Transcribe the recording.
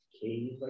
cave